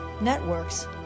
networks